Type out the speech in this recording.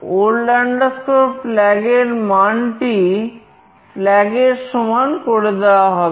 old flag এর মান টি flag এর সমান করে দেওয়া হবে